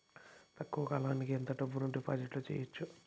తక్కువ కాలానికి ఎంత డబ్బును డిపాజిట్లు చేయొచ్చు?